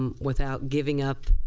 um without giving up